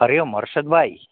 Hariom Harshadbhai